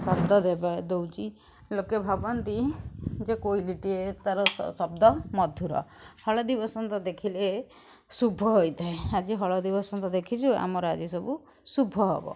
ଶବ୍ଦ ଦେବା ଦେଉଛି ଲୋକେ ଭାବନ୍ତି ଯେ କୋଇଲିଟିଏ ତା'ର ଶବ୍ଦ ମଧୁର ହଳଦୀ ବସନ୍ତ ଦେଖିଲେ ଶୁଭ ହୋଇଥାଏ ଆଜି ହଳଦୀ ବସନ୍ତ ଦେଖିଛୁ ଆମର ଆଜି ସବୁ ଶୁଭ ହେବ